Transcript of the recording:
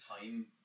time